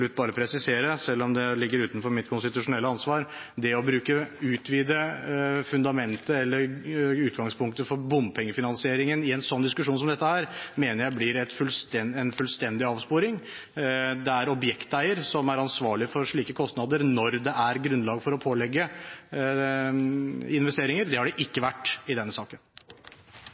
bare presisere, selv om det ligger utenfor mitt konstitusjonelle ansvar: Det å utvide fundamentet eller utgangspunktet for bompengefinansieringen i en diskusjon som dette mener jeg blir en fullstendig avsporing. Det er objekteier som er ansvarlig for slike kostnader når det er grunnlag for å pålegge investeringer. Det har det ikke vært i denne saken.